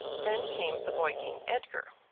then came the boy-king, edgar,